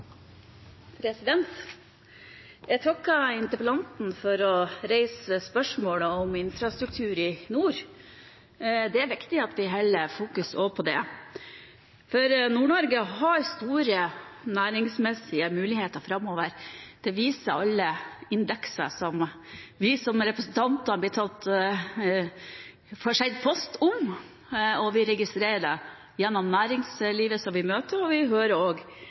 behovene. Jeg takker interpellanten for å reise spørsmålet om infrastruktur i nord. Det er viktig at vi fokuserer også på det, for Nord-Norge har store næringsmessige muligheter framover. Det viser alle indekser som vi som representanter får tilsendt post om. Vi registrerer det gjennom næringslivet som vi møter, og vi hører